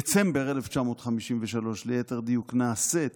דצמבר 1953, ליתר דיוק, נעשית